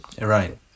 right